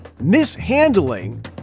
mishandling